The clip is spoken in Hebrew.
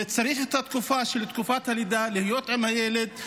וצריך את תקופת הלידה כדי להיות עם הילד,